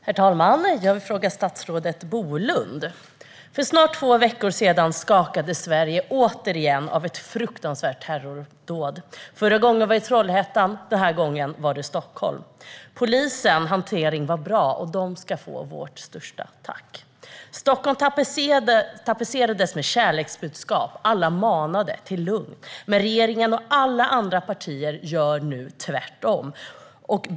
Herr talman! Jag har en fråga till statsrådet Bolund. För snart två veckor sedan skakades Sverige återigen av ett fruktansvärt terrordåd. Förra gången var det i Trollhättan, den här gången var det i Stockholm. Polisens hantering var bra, och de ska ha vårt största tack. Stockholm tapetserades med kärleksbudskap. Alla manade till lugn, men regeringen och alla andra partier gör nu tvärtom.